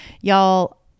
y'all